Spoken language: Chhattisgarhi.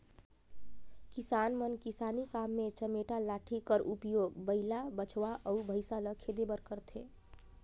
किसान मन किसानी काम मे चमेटा लाठी कर उपियोग बइला, बछवा अउ भइसा ल खेदे बर करथे